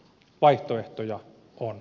vaihtoehtoja on